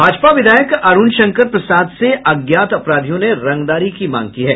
भाजपा विधायक अरूण शंकर प्रसाद से अज्ञात अपराधियों ने रंगदारी की मांग की है